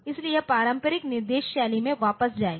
इसलिए यह पारंपरिक निर्देश शैली में वापस जाएगा